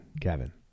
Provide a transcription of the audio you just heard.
Kevin